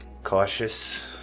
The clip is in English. cautious